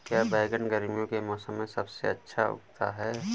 क्या बैगन गर्मियों के मौसम में सबसे अच्छा उगता है?